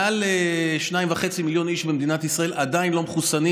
מעל שניים וחצי מיליון איש במדינת ישראל עדיין לא מחוסנים,